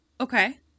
Okay